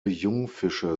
jungfische